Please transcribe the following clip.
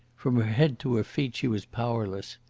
from her head to her feet she was powerless.